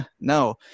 No